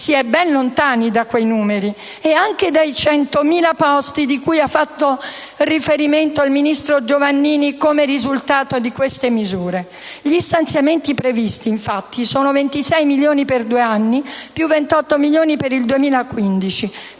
si è ben lontani da quei numeri e anche dai 100.000 posti cui ha fatto riferimento il ministro Giovannini come risultato di queste misure. Gli stanziamenti previsti, infatti, sono 26 milioni per due anni più 28 milioni per il 2015